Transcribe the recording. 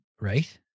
Right